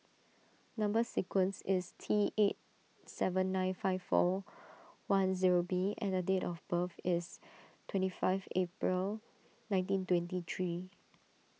Number Sequence is T eight seven nine five four one zero B and date of birth is twenty five April nineteen twenty three